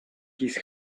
his